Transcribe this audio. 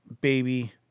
baby